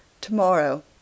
Tomorrow